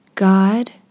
God